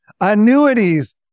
annuities